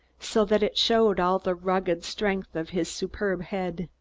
so that it showed all the rugged, strength of his superb head.